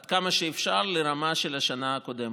עד כמה שאפשר לרמה של השנה הקודמת,